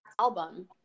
album